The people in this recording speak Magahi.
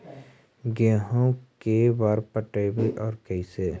गेहूं के बार पटैबए और कैसे?